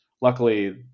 luckily